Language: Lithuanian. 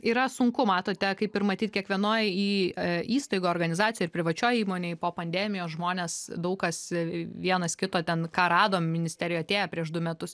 yra sunku matote kaip ir matyt kiekvienoj į įstaigoj organizacijoj ar privačioj įmonėj po pandemijos žmonės daug kas vienas kito ten ką radom ministerijoj atėję prieš du metus